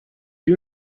you